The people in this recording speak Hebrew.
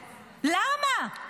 למה?